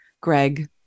Greg